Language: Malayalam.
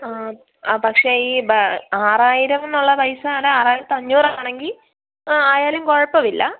ആ പക്ഷേ ഈ ബ ആറായിരം എന്നുള്ള പൈസയുടെ ആറായിരത്തി അഞ്ഞൂറാണെങ്കിൽ ആയാലും കുഴപ്പമില്ല